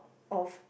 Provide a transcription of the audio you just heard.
of